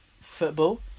football